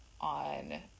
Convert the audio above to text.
on